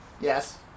Yes